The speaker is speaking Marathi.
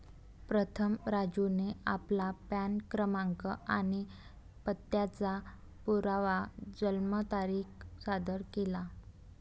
प्रथम राजूने आपला पॅन क्रमांक आणि पत्त्याचा पुरावा जन्मतारीख सादर केला